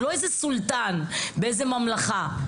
הוא לא איזה סולטן באיזה ממלכה,